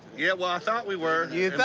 yeah, well, i thought we were. you